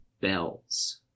bells